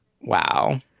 Wow